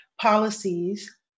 policies